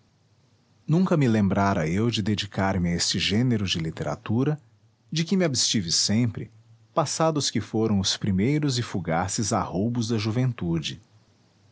nunca me lembrara eu de dedicar me a esse gênero de literatura de que me abstive sempre passados que foram os primeiros e fugaces arroubos da juventude